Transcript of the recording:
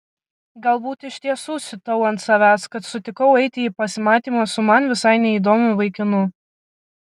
galbūt iš tiesų siutau ant savęs kad sutikau eiti į pasimatymą su man visai neįdomiu vaikinu